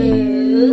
Two